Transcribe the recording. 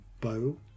bow